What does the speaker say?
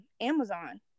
Amazon